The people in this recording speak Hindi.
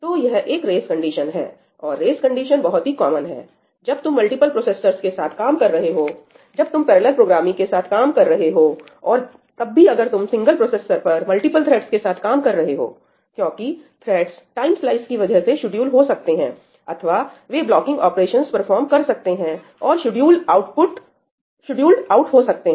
तो यह एक रेस कंडीशन है और रेस कंडीशन बहुत ही कॉमन है जब तुम मल्टीपल प्रोसेसर्स के साथ काम कर रहे हो जब तुम पैरेलल प्रोग्रामिंग के साथ काम कर रहे हो और तब भी अगर तुम सिंगल प्रोसेसर पर मल्टीपल थ्रेड्स के साथ काम कर रहे हो क्योंकि थ्रेड्स टाइम् स्लाइस की वजह से शेड्यूल हो सकते हैंअथवा वे ब्लॉकिंग ऑपरेशंस परफॉर्म कर सकते हैं और शेड्यूल्ड आउट हो सकते हैं